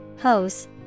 Hose